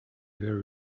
were